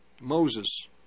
Moses